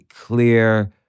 clear